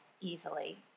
Easily